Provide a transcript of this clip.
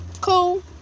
Cool